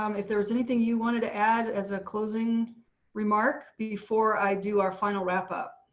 um if there was anything you wanted to add as a closing remark before i do our final wrap up.